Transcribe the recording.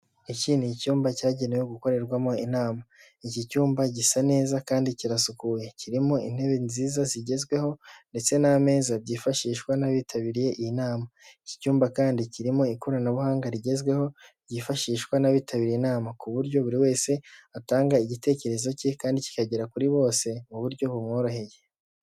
Iki ni icyumba cyagenewe gukorerwamo inama, iki cyumba gisa neza kandi kirasukuye kirimo intebe nziza zigezweho ndetse n'ameza byifashishwa n'abitabiriye iyi nama, iki cyumba kandi kirimo ikoranabuhanga rigezweho ryifashishwa n'abitabiriye inama ku buryo buri wese atanga igitekerezo cye kandi kikagera kuri bose mu buryo bumworoheye.